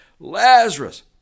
Lazarus